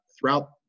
throughout